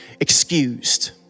excused